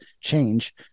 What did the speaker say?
change